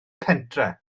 pentre